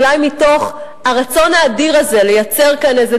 אולי מתוך הרצון האדיר הזה לייצר כאן איזו